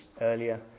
earlier